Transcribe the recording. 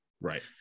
right